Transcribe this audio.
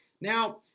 Now